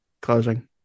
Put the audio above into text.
closing